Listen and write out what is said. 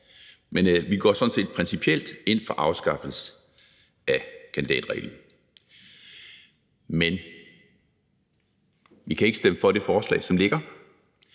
men vi går sådan set principielt ind for afskaffelse af kandidatreglen. Men vi kan ikke stemme for det forslag, som ligger